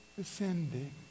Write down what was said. ascending